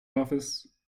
office